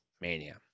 Mania